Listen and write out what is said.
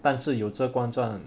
但是有着广传